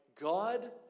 God